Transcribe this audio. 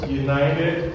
united